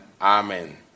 Amen